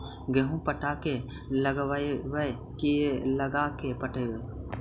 गेहूं पटा के लगइबै की लगा के पटइबै?